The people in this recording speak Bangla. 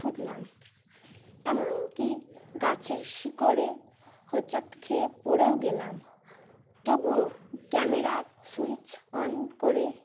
ছুটলাম এমনকি গাছের শিকড়ে হোচট খেয়ে পড়েও গেলাম তবুও ক্যামেরার সুইচ অন করে